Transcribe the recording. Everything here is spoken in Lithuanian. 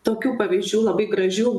tokių pavyzdžių labai gražių